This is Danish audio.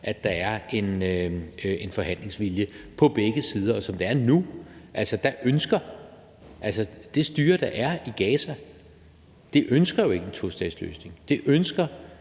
at der er en forhandlingsvilje på begge sider, og som det er nu, ønsker det styre, der er i Gaza, jo ikke en tostatsløsning. Det ønsker,